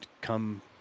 come